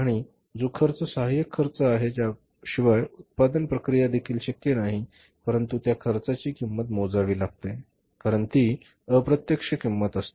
आणि जो खर्च सहाय्यक खर्च आहे ज्याशिवाय उत्पादन प्रक्रिया देखील शक्य नाही परंतु त्या खर्चांची किंमत मोजावी लागते कारण ती अप्रत्यक्ष किंमत असते